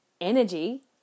energy